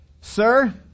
Sir